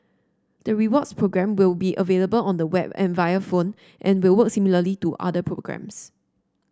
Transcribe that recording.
the rewards program will be available on the web and via phone and will work similarly to other programs